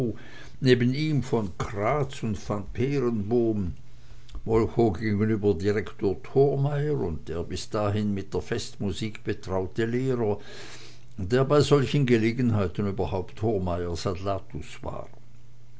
neben ihm von kraatz und van peerenboom molchow gegenüber direktor thormeyer und der bis dahin mit der festmusik betraute lehrer der bei solchen gelegenheiten überhaupt thormeyers adlatus war